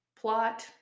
plot